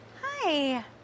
Hi